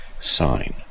sign